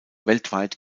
weltweit